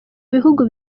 bihugu